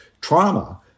trauma